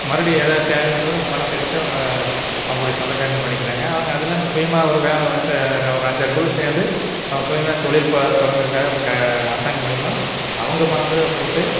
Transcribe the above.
மறுபடி எதாவது தேவைங்கிறபோது அந்த பணத்தை எடுத்து அவங்க அவங்களுடைய சொந்தக்காரர்களுக்குப் பண்ணிக்கிறாங்க அவங்க அது இல்லாமல் சுயமாக ஒரு வேலை ச ஒரு அஞ்சாறு குழு சேர்ந்து அவங்க சுயமாக தொழில் ப தொடங்கிறக்காக க அரசாங்கம் மூலயமா அவங்க பணத்தைவே போட்டு